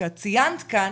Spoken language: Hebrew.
שאת ציינת כאן,